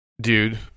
dude